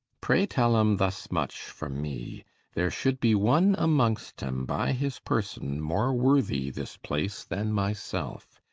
pray tell em thus much from me there should be one amongst em by his person more worthy this place then my selfe,